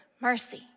mercy